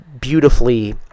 beautifully